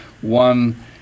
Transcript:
One